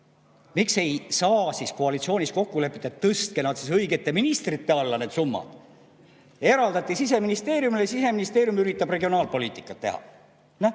Miks ei saa siis koalitsioonis kokku leppida ja tõsta õigete ministrite alla need summad? Eraldati Siseministeeriumile ja Siseministeerium üritab regionaalpoliitikat teha. Mul